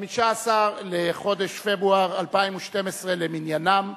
תשע"ב, 15 בחודש פברואר 2012 למניינם.